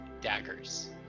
daggers